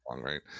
right